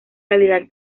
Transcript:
realidad